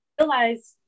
realize